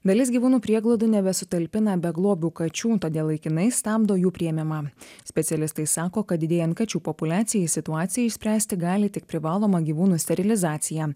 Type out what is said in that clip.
dalis gyvūnų prieglaudų nebesutalpina beglobių kačių todėl laikinai stabdo jų priėmimą specialistai sako kad didėjant kačių populiacijai situaciją išspręsti gali tik privaloma gyvūnų sterilizacija